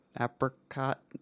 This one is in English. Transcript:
apricot